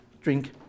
drink